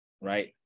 right